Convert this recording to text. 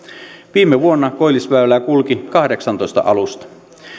viime vuonna koillisväylää kulki kahdeksantoista alusta